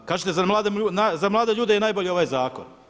Kažete za mlade ljude je najbolji ovaj zakon.